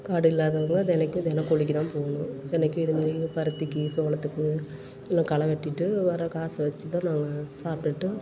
காடு இல்லாதவங்க தெனைக்கும் தென கூலிக்கு தான் போகணும் தினைக்கும் இது மாதிரி பருத்திக்கு சோளத்துக்கு இன்னும் களை வெட்டிட்டு வரை காசை வச்சி தான் நாங்கள் சாப்பிடுட்டு